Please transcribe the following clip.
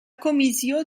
comissió